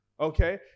Okay